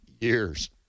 years